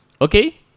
okay